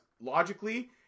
logically